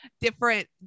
different